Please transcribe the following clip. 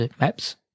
Maps